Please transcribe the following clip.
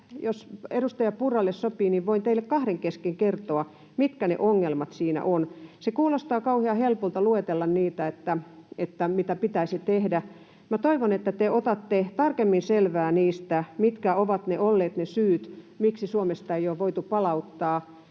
jos edustaja Purralle sopii, teille kahden kesken kertoa, mitkä ne ongelmat siinä ovat. Se kuulostaa kauhean helpolta luetella, mitä pitäisi tehdä. Minä toivon, että te otatte tarkemmin selvää siitä, mitkä ovat olleet ne syyt, miksi Suomesta ei ole voitu palauttaa.